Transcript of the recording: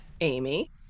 Amy